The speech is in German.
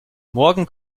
morgen